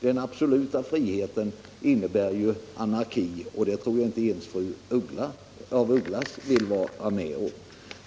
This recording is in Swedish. Den absoluta friheten innebär anarki, och det tror jag inte ens fru af Ugglas vill vara med om.